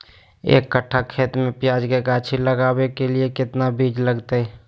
एक कट्ठा खेत में प्याज के गाछी लगाना के लिए कितना बिज लगतय?